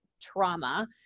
trauma